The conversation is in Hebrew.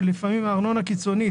ולפעמים הארנונה קיצונית,